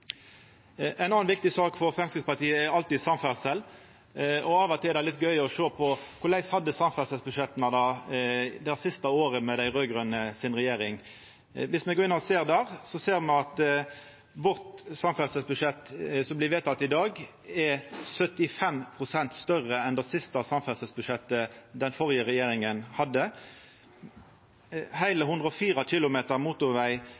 ein solid Framstegsparti-siger som Kristeleg Folkeparti, Venstre og Høgre er med oss på i dag. Ei anna viktig sak for Framstegspartiet er alltid samferdsel. Av og til er det litt gøy å sjå på korleis samferdselsbudsjetta var dei siste åra med rød-grøn regjering. Viss me går inn og ser, ser me at vårt samferdselsbudsjett som blir vedteke i dag, er 75 pst. større enn det siste samferdselsbudsjettet som den førre regjeringa hadde.